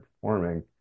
performing